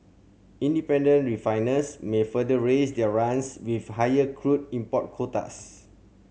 independent refiners may further raise their runs with higher crude import quotas